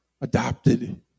adopted